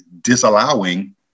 disallowing